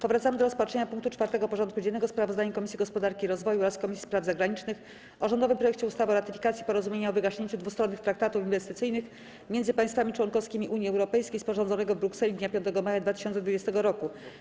Powracamy do rozpatrzenia punktu 4. porządku dziennego: Sprawozdanie Komisji Gospodarki i Rozwoju oraz Komisji Spraw Zagranicznych o rządowym projekcie ustawy o ratyfikacji Porozumienia o wygaśnięciu dwustronnych traktatów inwestycyjnych między państwami członkowskimi Unii Europejskiej, sporządzonego w Brukseli dnia 5 maja 2020 r.